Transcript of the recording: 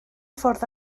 ffordd